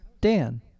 Dan